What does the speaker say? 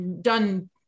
done